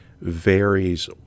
varies